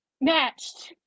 matched